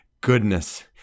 goodness